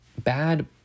bad